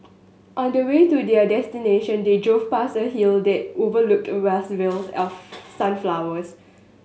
on the way to their destination they drove past a hill that overlooked vast fields sunflowers